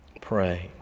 pray